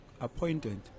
appointed